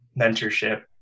mentorship